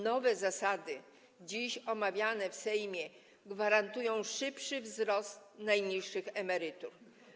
Nowe zasady, dziś omawiane w Sejmie, gwarantują szybszy wzrost najniższych emerytur.